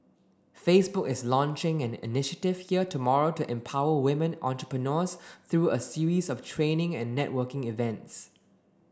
Facebook is launching an initiative here tomorrow to empower women entrepreneurs through a series of training and networking events